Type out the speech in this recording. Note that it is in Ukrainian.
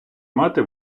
мати